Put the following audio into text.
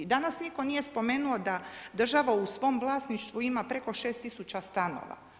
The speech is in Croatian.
Danas nitko nije spomenuo da država u svom vlasništvu ima preko 6000 stanova.